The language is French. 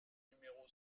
numéro